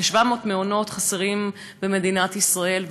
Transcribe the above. כ-700 מעונות חסרים במדינת ישראל,